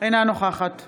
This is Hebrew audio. אינה נוכחת